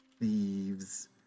thieves